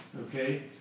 okay